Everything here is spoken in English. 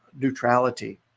neutrality